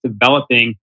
developing